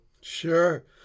Sure